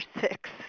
six